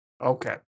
Okay